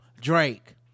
Drake